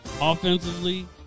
offensively